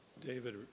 David